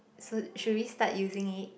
so should we start using it